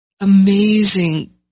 amazing